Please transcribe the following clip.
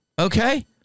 Okay